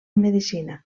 medicina